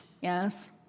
Yes